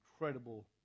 incredible